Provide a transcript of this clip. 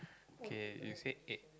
K you say eight